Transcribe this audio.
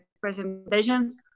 presentations